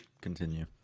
continue